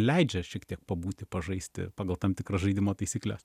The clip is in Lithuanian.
leidžia šiek tiek pabūti pažaisti pagal tam tikras žaidimo taisykles